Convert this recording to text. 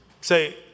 Say